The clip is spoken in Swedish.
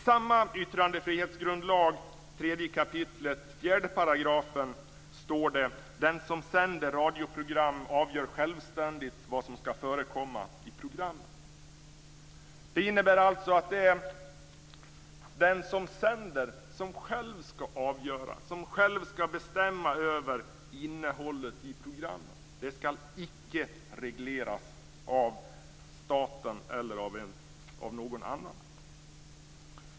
står det så här: "Den som sänder radioprogram avgör självständigt vad som skall förekomma i programmen". Det innebär alltså att det är den som sänder som själv skall avgöra och som själv skall bestämma över innehållet i programmen. Det skall icke regleras av staten eller av någon annan.